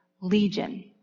legion